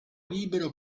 libero